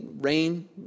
rain